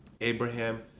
Abraham